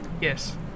Yes